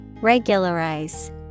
Regularize